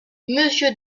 monsieur